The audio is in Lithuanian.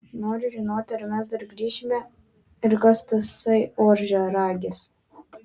noriu žinoti ar mes dar grįšime ir kas tasai ožiaragis